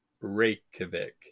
Reykjavik